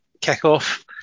kick-off